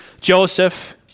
Joseph